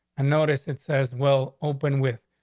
and notice it says, well, open with.